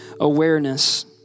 awareness